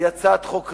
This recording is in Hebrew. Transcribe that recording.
היא הצעת חוק רעה,